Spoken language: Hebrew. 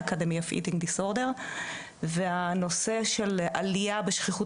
ה- Academy for Eating Disordersוהנושא של עלייה בשכיחות